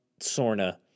Sorna